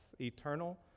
Eternal